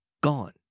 Gone